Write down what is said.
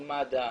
עם מד"א,